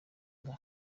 asaba